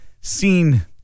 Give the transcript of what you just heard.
seen